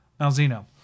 Malzino